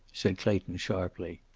said clayton sharply.